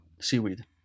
seaweed